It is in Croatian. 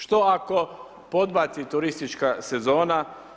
Što ako podbaci turistička sezona?